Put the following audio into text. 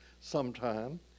sometime